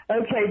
Okay